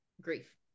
grief